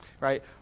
Right